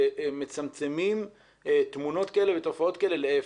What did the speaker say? מצמצמים תמונות כאלה ותופעות כאלה לאפס.